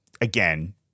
Again